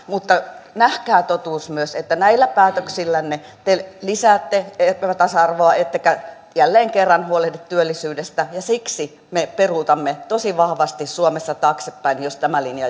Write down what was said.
mutta nähkää myös totuus että näillä päätöksillänne te lisäätte epätasa arvoa ettekä jälleen kerran huolehdi työllisyydestä ja siksi me peruutamme tosi vahvasti suomessa taaksepäin jos tämä linja